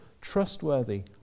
trustworthy